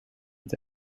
het